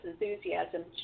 enthusiasm